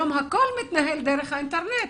היום הכול מתנהל דרך האינטרנט,